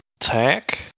attack